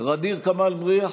ע'דיר כמאל מריח,